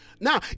Now